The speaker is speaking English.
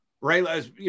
right